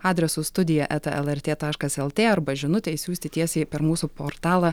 adresu studija eta lrt taškas lt arba žinutę išsiųsti tiesiai per mūsų portalą